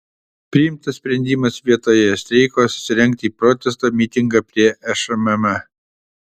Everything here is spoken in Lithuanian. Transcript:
priimtas sprendimas vietoje streiko surengti protesto mitingą prie šmm